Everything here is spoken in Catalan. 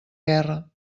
guerra